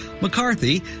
McCarthy